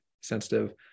sensitive